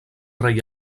rei